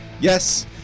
Yes